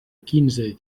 quinze